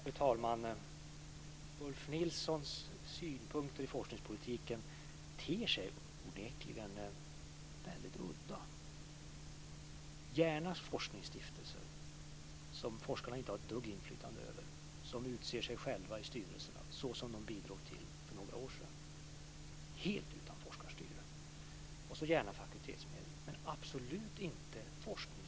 Fru talman! Ulf Nilssons synpunkter om forskningspolitiken ter sig onekligen väldigt udda. Det ska gärna finnas forskningsstiftelser som forskarna inte har ett dugg inflytande över, som utser sig själva i styrelserna, såsom de bidrog till för några år sedan, helt utan forskarstyre. Sedan ska det gärna finnas fakultetsmedel, men det ska absolut inte finnas forskningsråd.